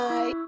Bye